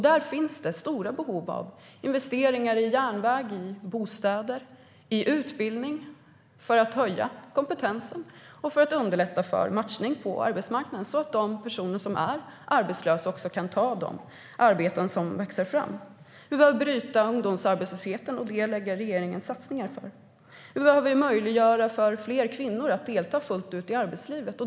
Det finns stora behov av investeringar i järnväg, i bostäder och i utbildning för att höja kompetensen och för att underlätta för matchning på arbetsmarknaden, så att de som är arbetslösa också kan ta de arbeten som växer fram. Vi behöver bryta ungdomsarbetslösheten. Det lägger regeringen fram satsningar på. Vi behöver möjliggöra för fler kvinnor att delta fullt ut i arbetslivet.